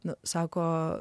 na sako